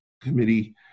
Committee